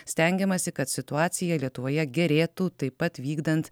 stengiamasi kad situacija lietuvoje gerėtų taip pat vykdant